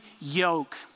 yoke